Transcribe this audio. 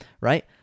right